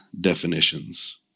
definitions